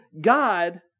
God